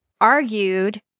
argued